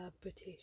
British